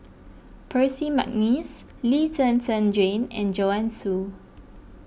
Percy McNeice Lee Zhen Zhen Jane and Joanne Soo